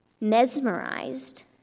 mesmerized